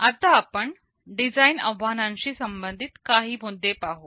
आता आपण डिझाईन आव्हानांशी संबंधित काही मुद्दे पाहू